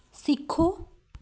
ਸਿੱਖੋ